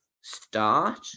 start